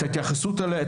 את ההתייחסות אליה,